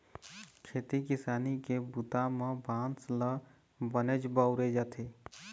खेती किसानी के बूता म बांस ल बनेच बउरे जाथे